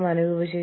എന്താണ് ഫോക്കസ്